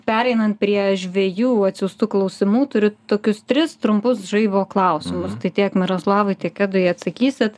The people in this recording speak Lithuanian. pereinant prie žvejų atsiųstų klausimų turi tokius tris trumpus žaibo klausimus tai tiek miroslavui tiek edui atsakysit